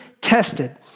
tested